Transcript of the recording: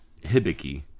Hibiki